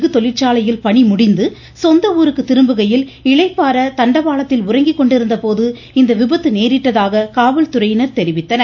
கு தொழிற்சாலையில் பணி முடிந்து சொந்த ஊருக்கு திரும்புகையில் இளைப்பாற தண்டாவளத்தில் உறங்கிக்கொண்டிருந்த போது இந்த விபத்து நேரிட்டதாக காவல்துறையினர் தெரிவித்தனர்